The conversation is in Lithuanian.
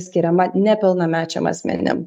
skiriama nepilnamečiam asmenim